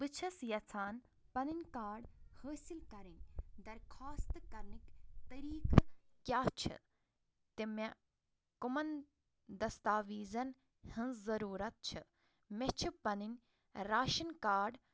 بہٕ چھَس یَژھان پنٕنۍ کارڈ حٲصٕل کَرٕنۍ درخواست کرنٕکۍ طٔریٖقہٕ کیٛاہ چھِ تہِ مےٚ کُمن دستاویٖزن ہِنٛزۍ ضُروٗرت چھِ مےٚ چھِ پنٕنۍ راشن کارڈ